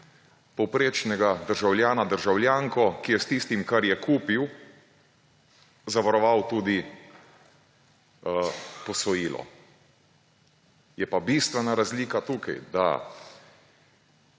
povprečnega državljana, državljanko, ki je s tistim, kar je kupil, zavaroval tudi posojilo. Je pa bistvena razlika tukaj, da